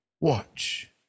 Watch